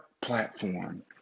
platform